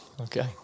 Okay